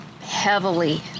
heavily